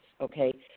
okay